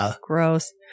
Gross